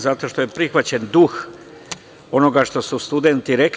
Zato što je prihvaćen duh onoga što su studenti rekli.